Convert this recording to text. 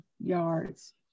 yards